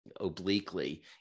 obliquely